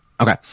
Okay